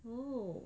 oh